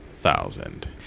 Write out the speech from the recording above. thousand